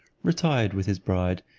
retired with his bride,